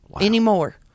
anymore